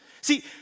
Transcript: See